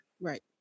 Right